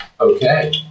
Okay